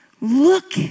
look